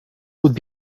would